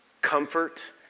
comfort